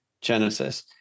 Genesis